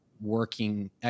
working